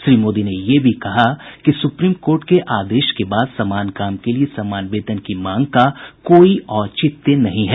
श्री मोदी ने यह भी कहा कि सुप्रीम कोर्ट के आदेश के बाद समान काम के लिए समान वेतन की मांग का कोई औचित्य नहीं है